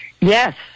Yes